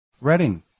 Reading